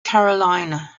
carolina